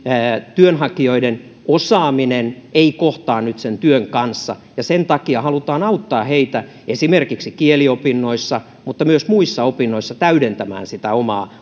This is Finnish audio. työnhakijoiden osaaminen ei kohtaa nyt sen työn kanssa sen takia halutaan auttaa heitä esimerkiksi kieliopinnoissa mutta myös muissa opinnoissa täydentämään sitä omaa